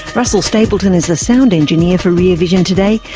russell stapleton is the sound engineer for rear vision today.